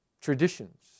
Traditions